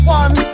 one